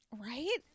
Right